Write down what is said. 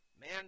Man